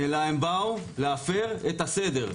אלא הם באו להפר את הסדר.